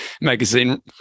magazine